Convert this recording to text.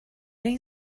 این